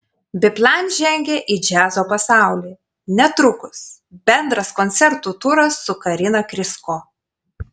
biplan žengia į džiazo pasaulį netrukus bendras koncertų turas su karina krysko